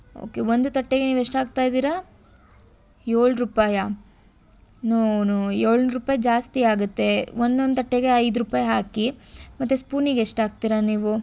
okay ಒಂದು ತಟ್ಟೆಗೆ ನೀವು ಎಷ್ಟು ಹಾಕ್ತಾ ಇದ್ದೀರಾ ಏಳು ರೂಪಾಯಾ ನೊ ನೊ ಏಳು ರೂಪಾಯಿ ಜಾಸ್ತಿಯಾಗುತ್ತೆ ಒಂದೊಂದು ತಟ್ಟೆಗೆ ಐದು ರೂಪಾಯಿ ಹಾಕಿ ಮತ್ತು ಸ್ಪೂನಿಗೆ ಎಷ್ಟಾಕ್ತೀರ ನೀವು